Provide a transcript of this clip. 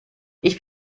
ich